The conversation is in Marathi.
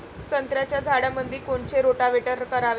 संत्र्याच्या झाडामंदी कोनचे रोटावेटर करावे?